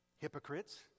hypocrites